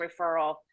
referral